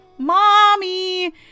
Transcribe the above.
mommy